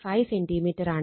5 സെന്റിമീറ്ററാണ്